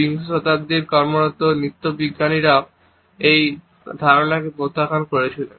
বিংশ শতাব্দীতে কর্মরত নৃবিজ্ঞানীরাও এই ধারণাকে প্রত্যাখ্যান করেছিলেন